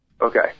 Okay